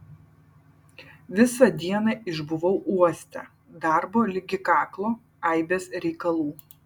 visą dieną išbuvau uoste darbo ligi kaklo aibės reikalų